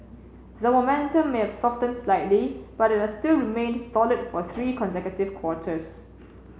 the momentum may have softened slightly but it has still remained solid for three consecutive quarters